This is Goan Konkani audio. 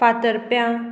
फातरप्यां